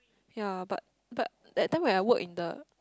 ya but but that time when I work in the